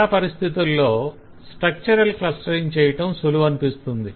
చాలా పరిస్థుతుల్లో structural clustering చేయటం సులువనిపిస్తుంది